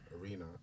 arena